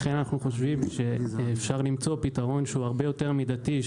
לכן אנחנו חושבים שאפשר למצוא פתרון הרבה יותר מידתי,